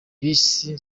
bisi